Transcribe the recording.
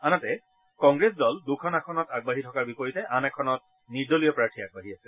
আনহাতে কংগ্ৰেছে দুখন আগবাঢ়ি থকাৰ বিপৰীতে আন এখনত নিৰ্দলীয় প্ৰাৰ্থী আগবাঢ়ি আছে